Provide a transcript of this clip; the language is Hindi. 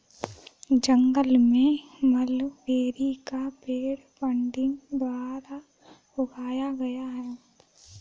जंगल में मलबेरी का पेड़ बडिंग द्वारा उगाया गया है